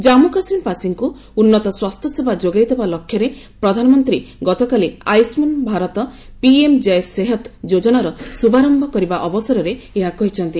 କାମ୍ମୁ କାଶ୍ମୀରବାସୀଙ୍କୁ ଉନ୍ନତ ସ୍ୱାସ୍ଥ୍ୟସେବା ଯୋଗାଇଦେବା ଲକ୍ଷ୍ୟରେ ପ୍ରଧାନମନ୍ତ୍ରୀ ଗତକାଲି ଆୟୁଷ୍ମାନ୍ ଭାରତ ପିଏମ୍ ଜୟ ସେହତ୍ ଯୋଜନାର ଶୁଭାରମ୍ଭ କରିବା ଅବସରରେ ଏହା କହିଛନ୍ତି